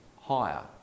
higher